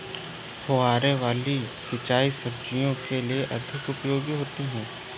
फुहारे वाली सिंचाई सब्जियों के लिए अधिक उपयोगी होती है?